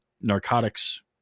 narcotics